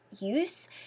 use